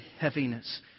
heaviness